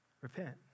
Repent